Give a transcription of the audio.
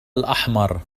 الأحمر